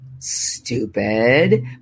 Stupid